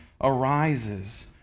arises